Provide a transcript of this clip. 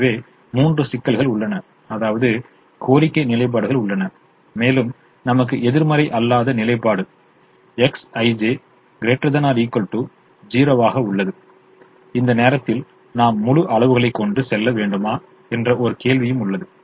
எனவே 3 சிக்கல்கள் உள்ளன அதாவது கோரிக்கைக் நிலைப்பாடுகள் உள்ளன மேலும் நமக்கு எதிர்மறை அல்லாத நிலைப்பாடு Xij ≥ 0 ஆக உள்ளது இந்த நேரத்தில் நாம் முழு அளவுகளைக் கொண்டு செல்ல வேண்டுமா என்ற ஒரு கேள்வியும் உள்ளது